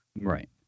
Right